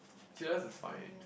curious is fine